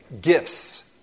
gifts